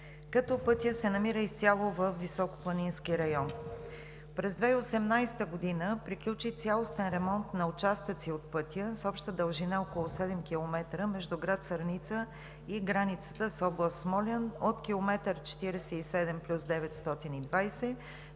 като пътят се намира изцяло във високопланински район. През 2018 г. приключи цялостен ремонт на участъци от пътя с обща дължина около 7 км между град Сърница и границата с област Смолян от км 47+920 до